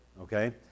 okay